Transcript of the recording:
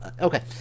Okay